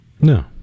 No